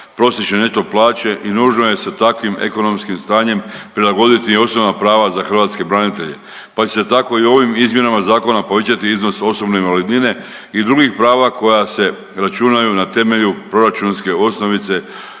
prosječne neto plaće i nužno je sa takvim ekonomskim stanjem prilagoditi i osnovna prava za hrvatske branitelje, pa će se tako i ovim izmjenama zakona povećati iznos osobne invalidnine i drugih prava koja se računaju na temelju proračunske osnovice